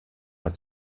had